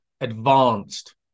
advanced